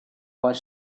was